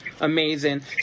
Amazing